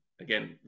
again